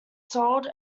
sold